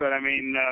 but i mean,